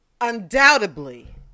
undoubtedly